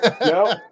No